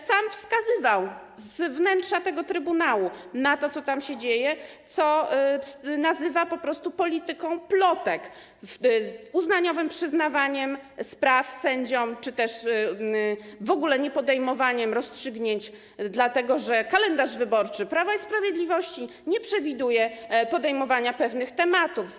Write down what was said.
Sam wskazywał, z wnętrza trybunału, na to, co tam się dzieje, co nazywa po prostu polityką plotek, uznaniowym przyznawaniem spraw sędziom czy też w ogóle niepodejmowaniem rozstrzygnięć, dlatego że kalendarz wyborczy Prawa i Sprawiedliwości nie przewiduje podejmowania pewnych tematów.